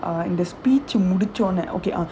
uh and the speed முடிச்ச உடனே:mudicha udanae okay ah